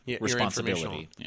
responsibility